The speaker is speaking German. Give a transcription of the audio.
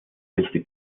richtig